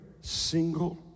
single